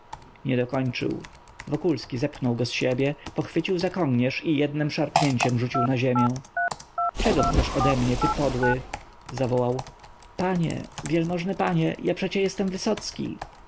nie dokończył wokulski zepchnął go z siebie pochwycił za kołnierz i jednem szarpnięciem rzucił na ziemię czego chcesz ode mnie ty podły zawołał panie wielmożny panie ja przecie jestem wysocki